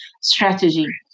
strategy